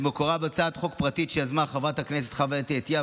מקורה בהצעת חוק פרטית שיזמה חברת הכנסת חווה אתי עטייה,